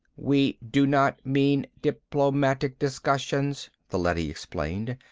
we do not mean diplomatic discussions, the leady explained.